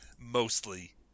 mostly